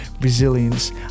resilience